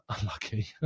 Unlucky